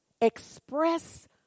express